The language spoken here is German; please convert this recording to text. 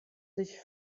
sich